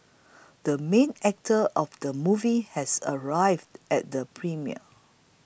the main actor of the movie has arrived at the premiere